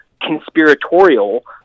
conspiratorial